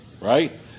right